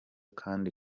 kandi